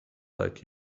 like